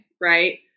right